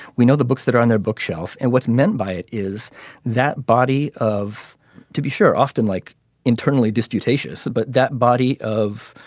we know the books that are on their bookshelf and what's meant by it is that body of to be sure. often like internally disputatious but that body of